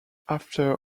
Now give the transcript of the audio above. after